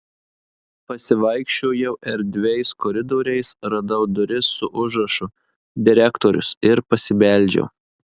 pasivaikščiojau erdviais koridoriais radau duris su užrašu direktorius ir pasibeldžiau